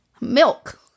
Milk